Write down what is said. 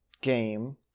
game